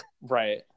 Right